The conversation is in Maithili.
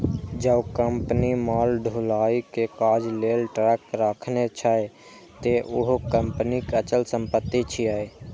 जौं कंपनी माल ढुलाइ के काज लेल ट्रक राखने छै, ते उहो कंपनीक अचल संपत्ति छियै